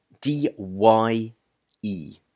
D-Y-E